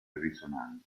risonanza